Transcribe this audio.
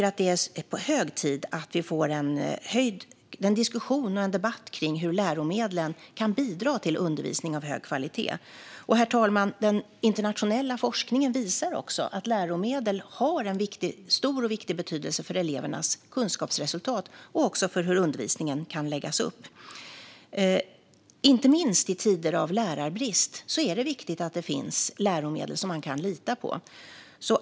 Det är hög tid att det blir en diskussion och debatt om hur läromedel kan bidra till undervisning av hög kvalitet. Herr talman! Den internationella forskningen visar också att läromedel har en stor och viktig betydelse för elevernas kunskapsresultat och för hur undervisningen kan läggas upp. Inte minst i tider av lärarbrist är det viktigt att det finns läromedel som man kan lita på.